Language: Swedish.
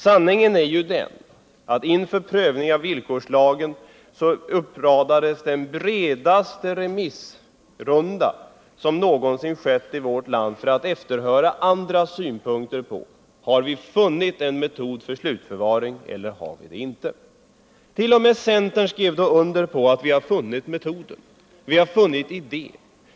Sanningen är ju att det inför prövningen av villkorslagen genomfördes en remissrunda som var den bredaste som någonsin förekommit i vårt land för att efterhöra andras synpunkter på om vi har funnit en metod för slutförvaring eller inte. T. o. m. centern skrev då under på att vi hade funnit metoden, att vi hade funnit idén.